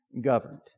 governed